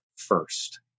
first